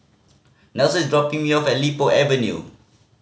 Nelson is dropping me off at Li Po Avenue